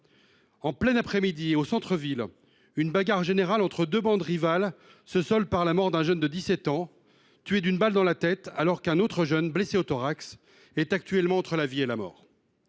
En plein après midi, et au centre ville, une bagarre générale entre deux bandes rivales s’est soldée par la mort d’un jeune de 17 ans, tué d’une balle dans la tête. Un autre jeune, blessé au thorax, est actuellement entre la vie et la mort.